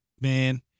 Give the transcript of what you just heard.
man